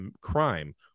crime